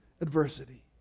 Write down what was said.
adversity